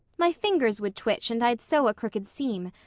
my fingers would twitch and i'd sew a crooked seam.